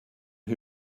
who